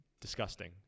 disgusting